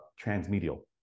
transmedial